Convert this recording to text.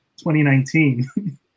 2019